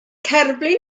cerflun